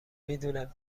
میدونم